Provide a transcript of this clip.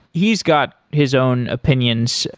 he's got his own opinions,